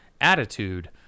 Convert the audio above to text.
attitude